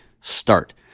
start